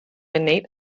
innate